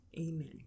Amen